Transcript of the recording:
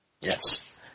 Yes